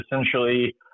essentially